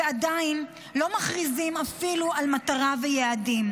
ועדיין לא מכריזים אפילו על מטרה ויעדים.